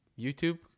YouTube